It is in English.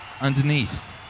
underneath